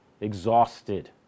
exhausted